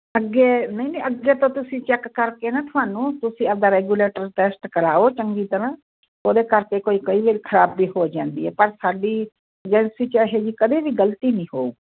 ਅੱਗੇ ਨਹੀਂ ਨਹੀਂ ਅੱਗੇ ਤਾਂ ਤੁਸੀਂ ਚੈੱਕ ਕਰਕੇ ਨਾ ਤੁਹਾਨੂੰ ਤੁਸੀਂ ਆਪਣਾ ਰੈਗੂਲੇਟਰ ਟੈਸਟ ਕਰਵਾਓ ਚੰਗੀ ਤਰ੍ਹਾਂ ਉਹਦੇ ਕਰਕੇ ਕੋਈ ਕਈ ਵਾਰ ਖ਼ਰਾਬੀ ਹੋ ਜਾਂਦੀ ਹੈ ਪਰ ਸਾਡੀ ਏਜੰਸੀ ਇਹੋ ਜਿਹੀ ਕਦੇ ਵੀ ਗਲਤੀ ਨਹੀਂ ਹੋਊ